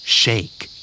shake